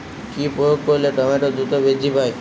কি প্রয়োগ করলে টমেটো দ্রুত বৃদ্ধি পায়?